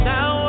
Now